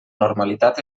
normalitat